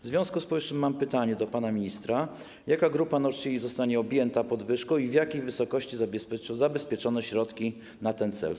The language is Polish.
W związku z powyższym mam pytanie do pana ministra: Jaka grupa nauczycieli zostanie objęta podwyżką i w jakiej wysokości zabezpieczono środki na ten cel?